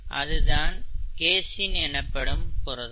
அதுதான் கேசீன் எனப்படும் புரதம்